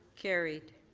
carried.